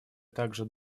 также